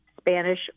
Spanish